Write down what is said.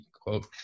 Quote